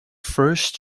first